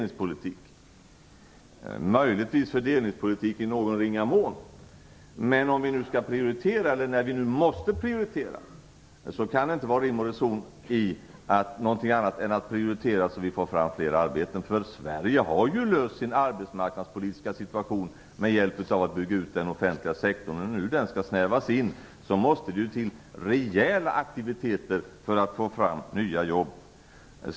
Det är möjligtvis fördelningspolitik i någon ringa mån. Om vi nu skall, eller när vi nu måste, prioritera kan det inte vara rim och reson i något annat än att prioritera så att vi får fram flera arbetstillfällen. Sverige har löst sin arbetsmarknadspolitiska situation genom att bygga ut den offentliga sektorn. Om den nu skall snävas in måste det till rejäla aktiviteter för att få fram nya jobb.